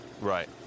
Right